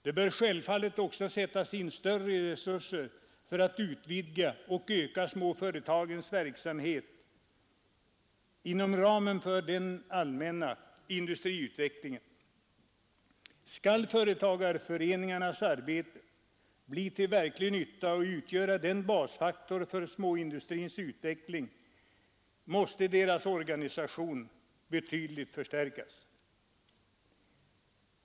Det bör självfallet också sättas in större resurser för att utvidga och öka småföretagens verksamhet inom ramen för den allmänna industriutvecklingen. Skall företagarföreningarnas arbete bli till verklig nytta och utgöra en basfaktor för småindustrins utveckling, måste deras organisation betydligt förstärkas.